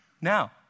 Now